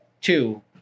two